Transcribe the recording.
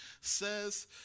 says